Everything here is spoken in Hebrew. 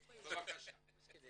בבקשה.